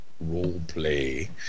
role-play